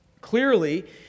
Clearly